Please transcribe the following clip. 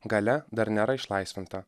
galia dar nėra išlaisvinta